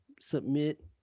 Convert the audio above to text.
submit